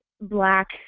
black